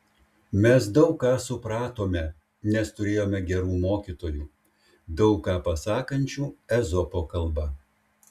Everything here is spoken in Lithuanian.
mes daug ką supratome nes turėjome gerų mokytojų daug ką pasakančių ezopo kalba